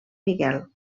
miquel